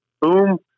boom